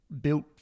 built